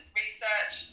research